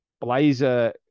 blazer